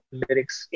lyrics